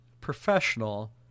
professional